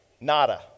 Nada